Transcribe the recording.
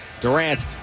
Durant